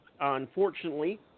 Unfortunately